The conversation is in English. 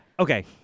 Okay